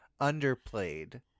underplayed